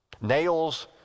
nails